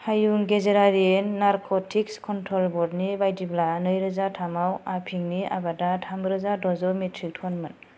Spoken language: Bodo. हायुं गेजेरारि नारक'टिक्स कन्ट्र'ल ब'र्ड नि बायदिब्ला नैरोजा थाम आव आफिंनि आबादा थामरोजा द'जौ मेट्रिक टनमोन